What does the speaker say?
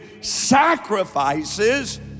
sacrifices